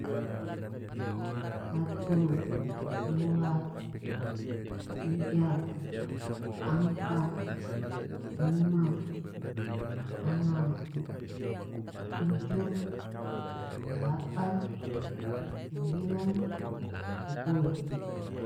Satu dua tiga ampa lima anam tujuh delapan sembilan sepuluh.